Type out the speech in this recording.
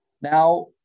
Now